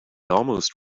almost